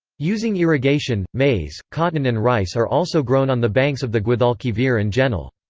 using irrigation, maize, cotton and rice are also grown on the banks of the guadalquivir and genil.